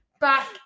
Back